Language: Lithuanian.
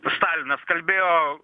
stalinas kalbėjo